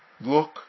Look